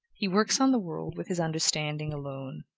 he works on the world with his understanding alone.